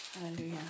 Hallelujah